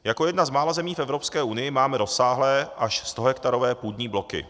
Jako jedna z mála zemí v Evropské unii máme rozsáhlé, až stohektarové půdní bloky.